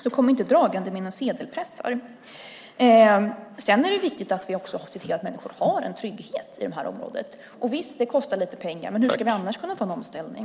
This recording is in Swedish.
Så kom inte dragande med några sedelpressar. Sedan är det viktigt att vi också ser till att människor har en trygghet inom detta område. Visst kostar det lite pengar. Men hur ska vi annars kunna få en omställning?